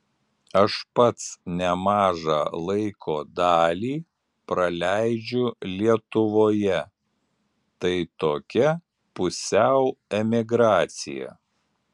aš pats nemažą laiko dalį praleidžiu lietuvoje tai tokia pusiau emigracija